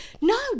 no